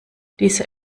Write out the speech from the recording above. dieser